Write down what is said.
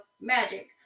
Magic